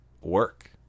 work